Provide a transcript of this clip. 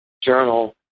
journal